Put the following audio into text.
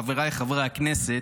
חבריי חברי הכנסת,